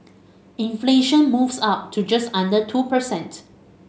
inflation moves up to just under two percent